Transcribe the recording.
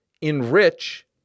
enrich